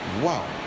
Wow